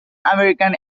american